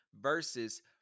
versus